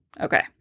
Okay